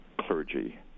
clergy